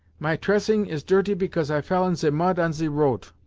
my tressing is dirty because i fell in ze mud on ze roat